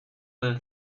will